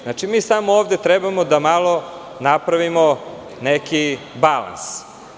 Znači, mi samo ovde trebamo da malo napravimo neki balans.